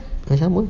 sama-sama